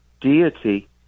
deity